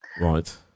Right